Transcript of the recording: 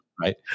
right